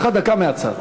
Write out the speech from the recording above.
יאיר,